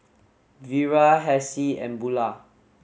Vira Hassie and Bulah